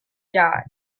yards